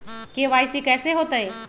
KYC कैसे होतई?